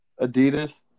Adidas